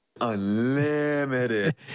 unlimited